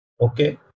Okay